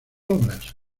obras